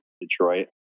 Detroit